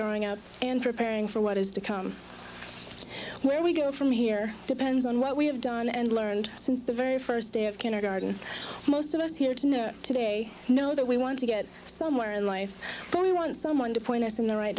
growing up and preparing for what is to come where we go from here depends on what we have done and learned since the very first day of kindergarten most of us here to know today know that we want to get somewhere in life we want someone to point us in the right